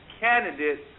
candidate